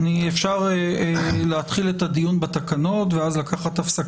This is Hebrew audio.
פרק הזמן שנקבע בתקנות הוא שלוש שנים,